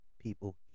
people